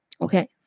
Okay